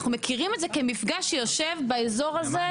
אנחנו מכירים את זה כמפגע שיושב באזור הזה.